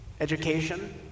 Education